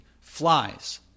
flies